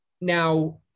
Now